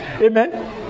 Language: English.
Amen